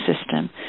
system